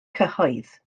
cyhoedd